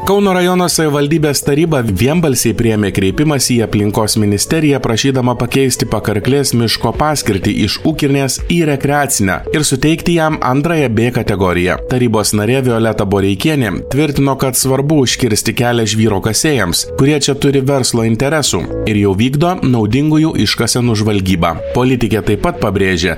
kauno rajono savivaldybės taryba vienbalsiai priėmė kreipimąsi į aplinkos ministeriją prašydama pakeisti pakarklės miško paskirtį iš ūkinės į rekreacinę ir suteikti jam antrąją bė kategoriją tarybos narė violeta boreikienė tvirtino kad svarbu užkirsti kelią žvyro kasėjams kurie čia turi verslo interesų ir jau vykdo naudingųjų iškasenų žvalgybą politikė taip pat pabrėžė